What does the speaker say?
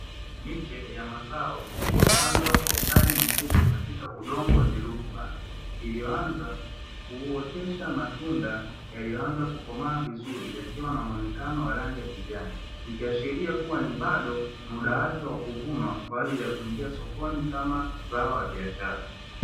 Miche ya mazao uliyopandwa kwa ustadi mkubwa katika udongo wenye rutuba, iliyoanza kuotesha matunda yaloyoanza kukomaa vizuri yakiwa na muonekano wa rangi ya kijani, ikiashiria kuwa ni bado mda wake wa kuvunwa kwa ajili ya kuingia sokoni kama zao la biashara.